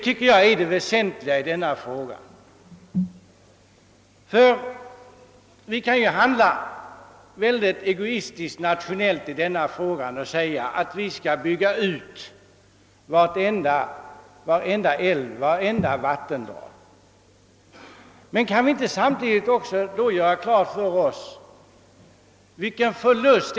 Vi kan naturligtvis handla egoistiskt nationellt och bygga ut varenda älv och vartenda vattendrag, men bör vi då inte samtidigt göra klart för oss vilken förlust.